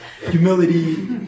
Humility